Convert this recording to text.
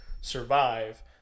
survive